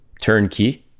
turnkey